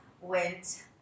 went